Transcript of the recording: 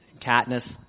Katniss